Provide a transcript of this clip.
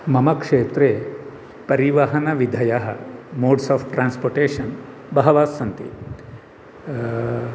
मम क्षेत्रे परिवहनविधयः मोड्स् आफ् ट्रानस्पर्टेषन् बहवः सन्ति